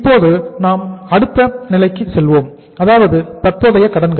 இப்போது நாம் அடுத்த நிலைக்கு செல்வோம் அதாவது தற்போதைய கடன்கள்